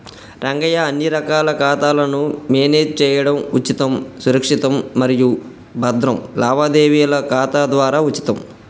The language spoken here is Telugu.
రంగయ్య అన్ని రకాల ఖాతాలను మేనేజ్ చేయడం ఉచితం సురక్షితం మరియు భద్రం లావాదేవీల ఖాతా ద్వారా ఉచితం